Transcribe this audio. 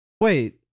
Wait